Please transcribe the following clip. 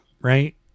Right